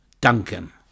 Duncan